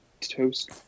toast